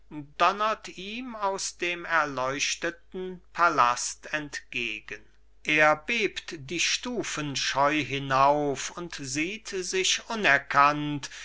donnert ihm aus dem erleuchteten palast entgegen er bebt die stufen scheu hinauf und sieht sich unerkannt